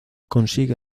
consigue